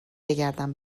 بگردم